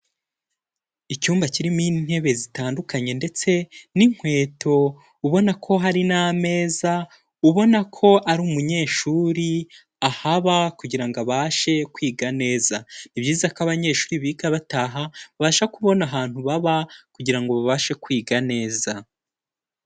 Icyumba kirimo intebe zitandukanye ndetse n'inkweto ubona ko hari n'ameza, ubona ko ari umunyeshuri ahaba kugira ngo abashe kwiga neza. Ni byiza ko abanyeshuri biga bataha babasha kubona ahantu baba kugira ngo babashe kwiga neza.